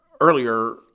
Earlier